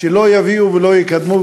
שלא יביאו ולא יקדמו,